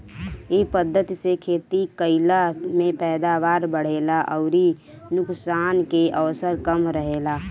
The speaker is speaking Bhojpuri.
इ पद्धति से खेती कईला में पैदावार बढ़ेला अउरी नुकसान के अवसर कम रहेला